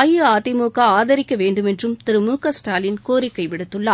அஇஅதிமுக ஆதரிக்க வேண்டுமென்றும் திரு மு க ஸ்டாலின் கோரிக்கை விடுத்துள்ளார்